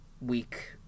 week